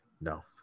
No